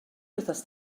wythnos